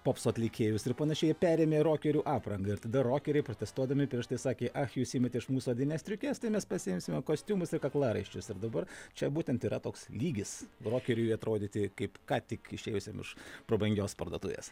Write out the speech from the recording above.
popso atlikėjus ir panašiai jie perėmė rokerių apranga ir tada rokeriai protestuodami prieš tai sakė ach jūs imate iš mūsų odines striukes tai mes pasiimsime kostiumus ir kaklaraiščius ir dabar čia būtent yra toks lygis rokeriui atrodyti kaip ką tik išėjusiam iš prabangios parduotuvės